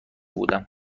بودم